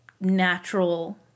natural